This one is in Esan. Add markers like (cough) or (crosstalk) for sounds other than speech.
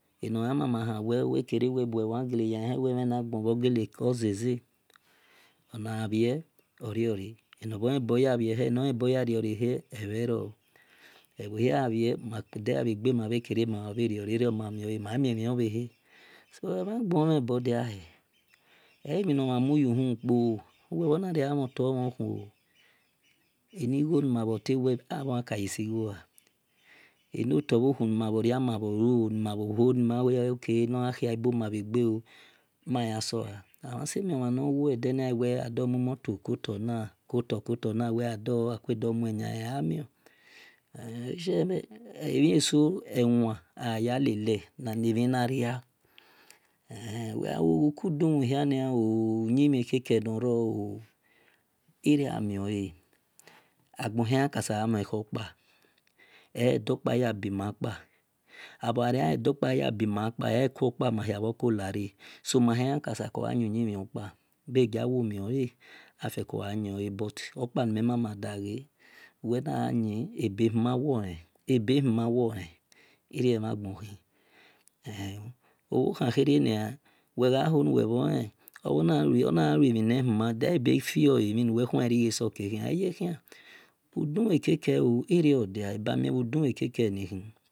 Enoyamama hawelo wel kere ebiweee yanyale wel emhe na gboona eke oze ze ona gha bie oriore onor bhor lebor ya bhie ye ba yar riore ye ebhe ror ebho hia gia bie ede gja gja ma bho bhe kere ma bhe rior irio mamiole ma mie mhion bhe he so emhan gbon o mhwn bodaihw olemhi nor mhon muyu humu kpo wel nare ghwa mhon tor mhoe khuoo eni gjo ni mabho ka uiw akho yan ka ye see gjo ah enoro bho khu nima bjp ria ma bho hol ni. a we ok no gha kiabo ma bhw gbeooo maya sola mamhan awmio mhan nuwe awe na ka mui moro koto koto na ole shie emiieso ewa ayalele ne mhi ne mhi naira ehe (unintelligible) (unintelligible) ibhiomoni wel gja fiela mhi nuwe kuale rigje so yekhian ekie kian oyekian idumueke keo ebamie bhi dume keke ni khi